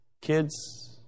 Kids